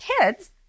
kids